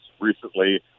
recently